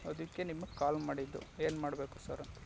ಅದಕ್ಕೆ ನಿಮಗೆ ಕಾಲ್ ಮಾಡಿದ್ದು ಏನು ಮಾಡಬೇಕು ಸರ್ ಅಂತ